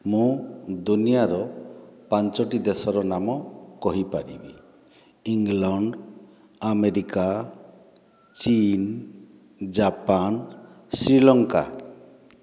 ମୁଁ ଦୁନିଆର ପାଞ୍ଚଟି ଦେଶର ନାମ କହିପାରିବି ଇଂଲଣ୍ଡ ଆମେରିକା ଚୀନ ଜାପାନ ଶ୍ରୀଲଙ୍କା